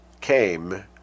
came